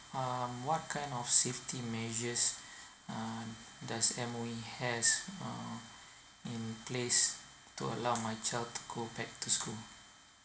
um what kind of safety measures uh does M_O_E has uh in place to allow my child to go back to school